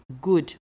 good